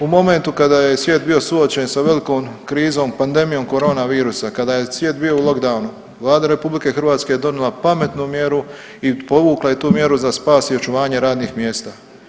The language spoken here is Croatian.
U momentu kada je svijet bio suočen sa velikom krizom, pandemijom koronavirusa, kada je svijet bio u lockdownu, Vlada RH je donijela pametnu mjeru i povukla je tu mjeru za spas i očuvanje radnih mjesta.